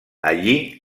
allí